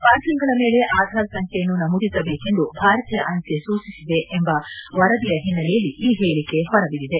ಪಾರ್ಸೆಲ್ಗಳ ಮೇಲೆ ಆಧಾರ್ ಸಂಖ್ಲೆನ್ನು ನಮೂದಿಸಬೇಕೆಂದು ಭಾರತೀಯ ಅಂಚೆ ಸೂಚಿಸಿದೆ ಎಂಬ ವರದಿಯ ಹಿನ್ನೆಲೆಯಲ್ಲಿ ಈ ಹೇಳಿಕೆ ಹೊರಬಿದ್ದಿದೆ